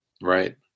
Right